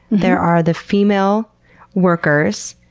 there are the female workers,